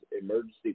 emergency